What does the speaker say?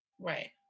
Right